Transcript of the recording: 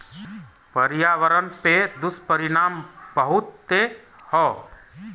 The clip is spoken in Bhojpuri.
पर्यावरण पे दुष्परिणाम बहुते हौ